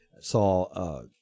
Saw